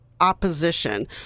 opposition